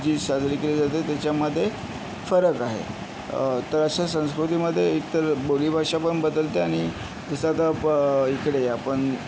जी साजरी केली जाते त्याच्यामध्ये फरक आहे तर अशा संस्कृतीमध्ये एकतर बोली भाषा पण बदलते आणि जसं आता प इकडे आपण